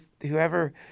whoever